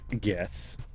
guess